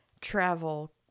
Travel